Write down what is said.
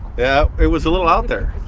yeah, it was a little out there.